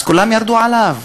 אז כולם ירדו עליו.